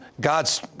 God's